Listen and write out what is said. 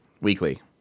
Weekly